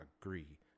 agree